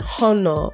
honor